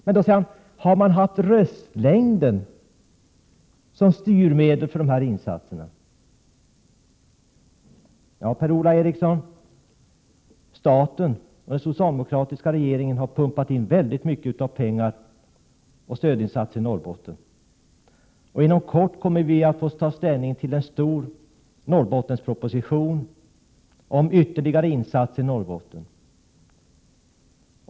Men det är inte röstlängden som har styrt var dessa insatser skall hamna. Staten, den socialdemokratiska regeringen, har pumpat in mycket pengar och gjort stödinsatser i Norrbotten. Inom kort kommer vi att få ta ställning till en stor Norrbottensproposition om ytterligare insatser i Norrbotten.